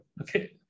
okay